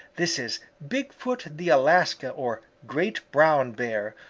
this is bigfoot the alaska or great brown bear,